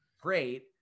Great